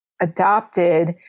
adopted